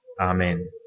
Amen